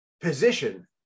position